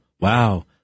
Wow